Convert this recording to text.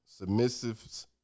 Submissives